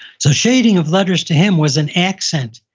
so shading of letters to him was an accent,